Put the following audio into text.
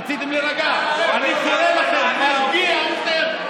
רציתם להירגע, אני קורא לכם ומרגיע אתכם.